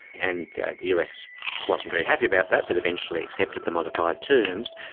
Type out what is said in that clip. and the us wasn't very happy about that but eventually accepted the modified terms.